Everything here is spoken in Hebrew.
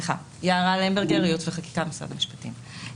אני מייעוץ וחקיקה במשרד המשפטים.